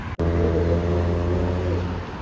a native of dennysville, maine,